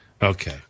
Okay